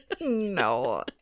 No